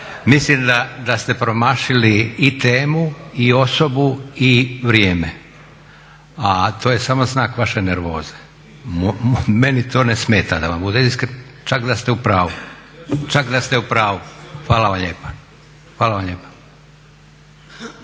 Mislim da ste promašili i temu i osobu i vrijeme. A to je samo znak vaše nervoze. Meni to ne smeta, da vam budem iskren, čak da ste u pravu. Hvala vam lijepa.